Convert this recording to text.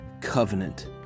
Covenant